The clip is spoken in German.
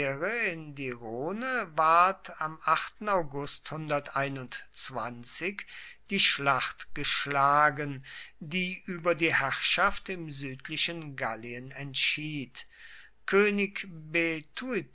in die rhone ward am august die schlacht geschlagen die über die herrschaft im südlichen gallien entschied könig